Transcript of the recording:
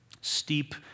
steep